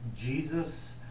Jesus